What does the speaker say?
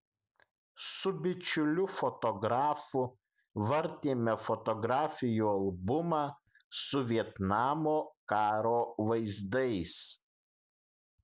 su bičiuliu fotografu vartėme fotografijų albumą su vietnamo karo vaizdais